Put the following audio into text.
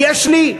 לא, כלכלי.